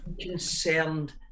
concerned